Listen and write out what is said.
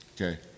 Okay